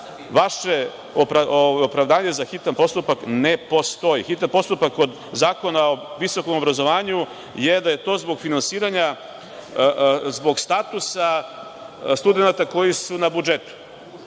opravdanje za hitan postupak ne postoji. Hitan postupak Zakona o visokom obrazovanju je da je zbog finansiranja, zbog statusa studenata koji su na budžetu.